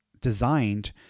designed